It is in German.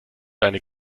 deine